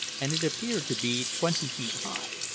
and it appeared to be twenty feet high,